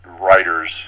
writers